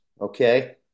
Okay